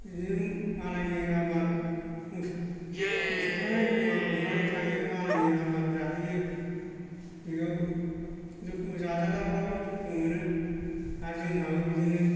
बिदिनो मालायनि आबाद मोसौफ्रा एखनब्ला गनानै थायो मालायनि आबाद जाहैयो बियाव जाजाग्राफ्राबो दुखु मोनो आरो जोंहाबो बिदिनो